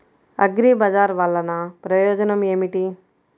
అగ్రిబజార్ వల్లన ప్రయోజనం ఏమిటీ?